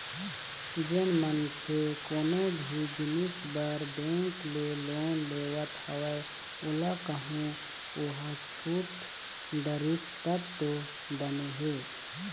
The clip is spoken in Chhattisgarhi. जेन मनखे कोनो भी जिनिस बर बेंक ले लोन लेवत हवय ओला कहूँ ओहा छूट डरिस तब तो बने हे